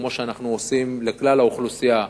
כמו שאנחנו עושים לכלל האוכלוסייה,